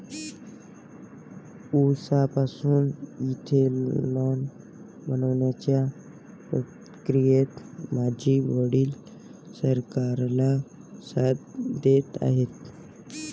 उसापासून इथेनॉल बनवण्याच्या प्रक्रियेत माझे वडील सरकारला साथ देत आहेत